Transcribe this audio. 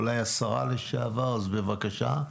אולי השרה לשעבר, אז בבקשה.